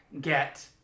get